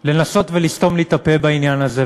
דואג לנסות ולסתום לי את הפה בעניין הזה.